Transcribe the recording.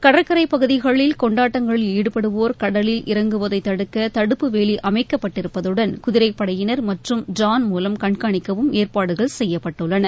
கடற்கரை பகுதிகளில் கொண்டாட்டங்களில் ஈடுபடுவோா் கடலில் இறங்குவதைத் தடுக்க தடுப்பு வேலி அமைக்கப்பட்டிருப்பதுடன் குதிரைப்படையினா் மற்றும் ட்ரோன் மூலம் கண்காணிக்கவும் ஏற்பாடுகள் செய்யப்பட்டுள்ளன